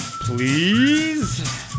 please